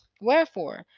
Wherefore